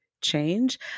change